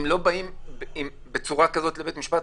אם לא באים בצורה כזו לבית משפט,